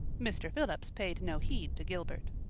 mr. phillips paid no heed to gilbert.